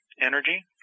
energy